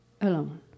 alone